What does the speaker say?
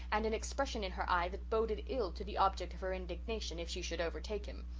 and an expression in her eye that boded ill to the object of her indignation, if she should overtake him.